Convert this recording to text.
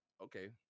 okay